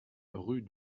rue